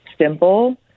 simple